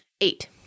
Eight